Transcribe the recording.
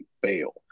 fail